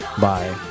bye